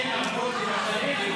אבל איך ההצבעה משותפת, תסביר לי?